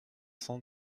cent